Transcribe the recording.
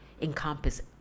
encompass